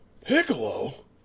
Piccolo